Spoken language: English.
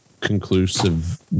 conclusive